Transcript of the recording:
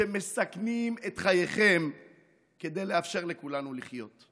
שמסכנים את חייכם כדי לאפשר לכולנו לחיות,